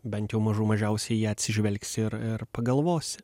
bent jau mažų mažiausiai į ją atsižvelgsi ir ir pagalvosi